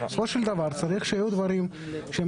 אבל בסופו של דבר צריך שיהיו דברים שהם